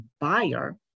buyer